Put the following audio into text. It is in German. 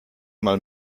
mal